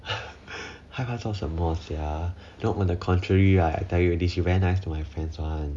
害怕做什么 sia on the contrary I tell you she very nice to my friends [one]